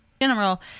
general